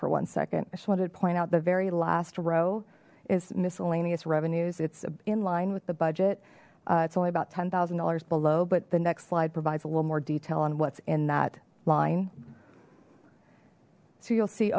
for one second i just wanted to point out the very last row is miscellaneous revenues it's in line with the budget it's only about ten thousand dollars below but the next slide provides a little more detail on what's in that line so you'll see